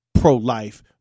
pro-life